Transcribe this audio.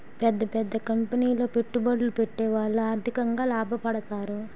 పెద్ద పెద్ద కంపెనీలో పెట్టుబడులు పెట్టేవాళ్లు ఆర్థికంగా లాభపడతారు